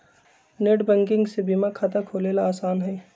net banking से बीमा खाता खोलेला आसान हई